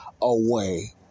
away